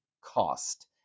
cost